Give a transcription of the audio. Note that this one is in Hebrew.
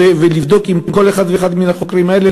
ולבדוק עם כל אחד ואחד מן החוקרים האלה,